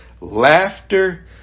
laughter